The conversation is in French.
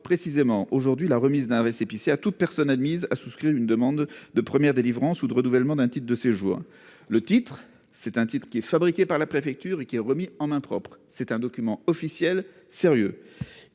précisément la remise d'un récépissé à toute personne admise à soumettre une demande de première délivrance ou de renouvellement d'un titre de séjour. Le récépissé est fabriqué par la préfecture et remis en main propre : c'est un document officiel sérieux.